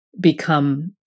become